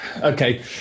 Okay